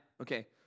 okay